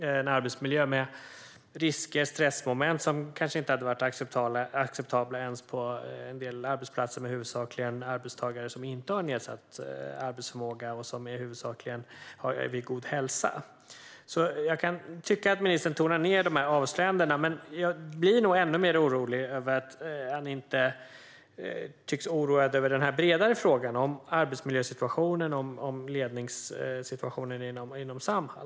Det är en arbetsmiljö med risker och stressmoment som kanske inte hade varit acceptabla ens på en del arbetsplatser med huvudsakligen arbetstagare som inte har en nedsatt arbetsförmåga och som huvudsakligen är vid god hälsa. Jag kan tycka att ministern tonar ned dessa avslöjanden, men jag blir nog ännu mer orolig över att han inte tycks vara oroad över den bredare frågan om arbetsmiljösituationen och om ledningssituationen inom Samhall.